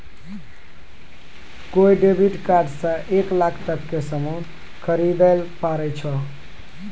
कोय debit card से एक लाख तक के सामान खरीदैल पारै छो